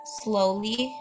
slowly